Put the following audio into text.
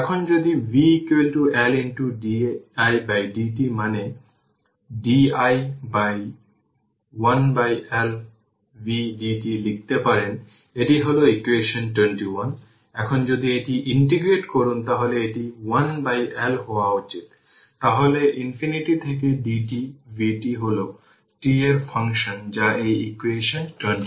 এখন যদি v L didt মানে di 1L v dt লিখতে পারেন এটি হল ইকুয়েশন 21 এখন যদি এটি ইন্টিগ্রেট করুন তাহলে এটি 1L হওয়া উচিত তাহলে ইনফিনিটি থেকে dt vt হল t এর ফাংশন যা এই ইকুয়েশন 22